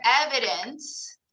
evidence